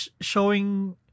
showing